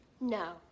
No